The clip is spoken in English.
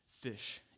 fish